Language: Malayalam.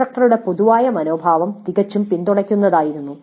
ഇൻസ്ട്രക്ടറുടെ പൊതുവായ മനോഭാവം തികച്ചും പിന്തുണയ്ക്കുന്നതായിരുന്നു